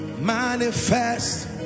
manifest